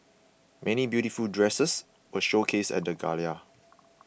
many beautiful dresses were showcased at the gala